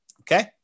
Okay